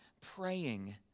praying